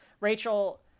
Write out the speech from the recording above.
Rachel